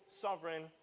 sovereign